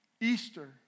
Easter